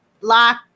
lock